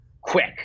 quick